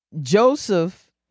Joseph